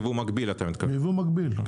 אתה מתכוון בייבוא מקביל.